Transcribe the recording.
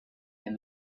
and